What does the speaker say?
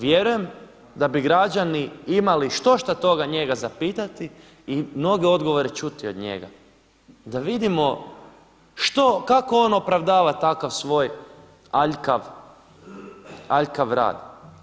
Vjerujem da bi građani imali štošta toga njega za pitati i mnoge odgovore čuti od njega, da vidimo što, kako on opravdava takav svoj aljkav rad.